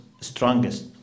strongest